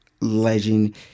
legend